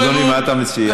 אדוני, מה אתה מציע?